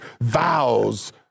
vows